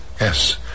Yes